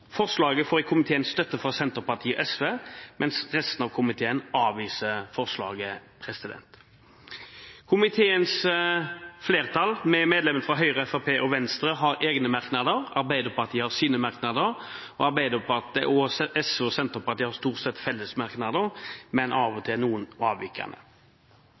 Forslaget får i komiteen støtte fra Senterpartiet og SV, mens resten av komiteen avviser forslaget. Komiteens flertall, medlemmene fra Høyre, Fremskrittspartiet og Venstre, har egne merknader, Arbeiderpartiet har sine merknader, og SV og Senterpartiet har stort sett felles merknader, men av og til noen avvikende.